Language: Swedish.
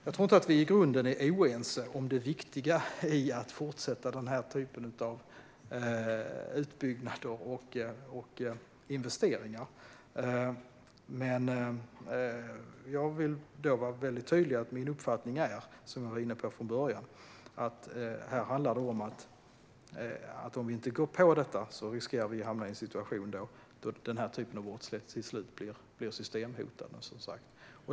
Jag tror inte att vi i grunden är oense om det viktiga i att fortsätta den här typen av utbyggnad och investeringar. Men jag vill vara tydlig med att min uppfattning är den jag varit inne på från början - att om vi inte går på detta riskerar vi att hamna i en situation där den här typen av brottslighet till slut blir systemhotande.